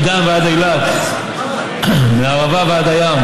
מדן ועד אילת, מהערבה ועד הים.